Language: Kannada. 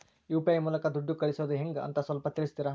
ಯು.ಪಿ.ಐ ಮೂಲಕ ದುಡ್ಡು ಕಳಿಸೋದ ಹೆಂಗ್ ಅಂತ ಸ್ವಲ್ಪ ತಿಳಿಸ್ತೇರ?